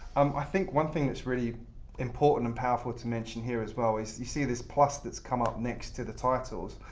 um i think one thing that's really important and powerful to mention here as well is you see this plus that's come up next to the titles,